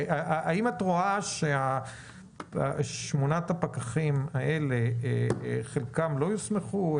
האם את רואה ששמונת הפקחים האלה, חלקם לא יוסמכו?